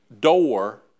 door